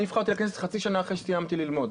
אני נבחרתי לכנסת חצי שנה אחרי שסיימתי ללמוד